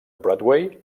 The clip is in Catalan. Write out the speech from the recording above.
broadway